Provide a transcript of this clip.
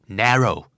narrow